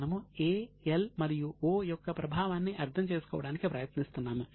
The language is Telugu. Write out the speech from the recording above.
మనము A L మరియు O యొక్క ప్రభావాన్ని అర్థం చేసుకోవడానికి ప్రయత్నిస్తున్నాము